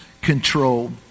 control